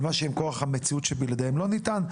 על מה שהם כוח המציאות שבלעדיהם לא ניתן,